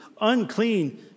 unclean